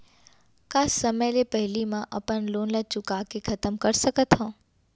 का समय ले पहिली में अपन लोन ला चुका के खतम कर सकत हव?